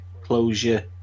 closure